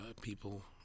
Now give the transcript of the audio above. people